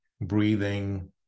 breathing